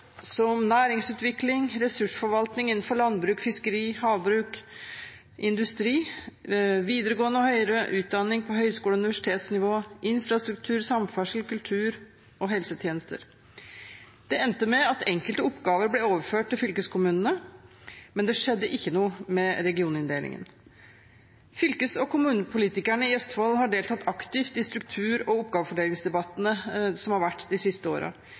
som næringsutvikling, ressursforvaltning innenfor landbruk, fiskeri/havbruk, industri, videregående og høyere utdanning på høgskole og universitetsnivå, infrastruktur, samferdsel, kultur og helsetjenester. Det endte med at enkelte oppgaver ble overført til fylkeskommunene, men det skjedde ikke noe med regioninndelingen. Fylkes- og kommunepolitikerne i Østfold har deltatt aktivt i struktur- og oppgavefordelingsdebattene de siste årene. Ulike samarbeids- og sammenslåingsmodeller har vært